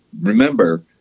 remember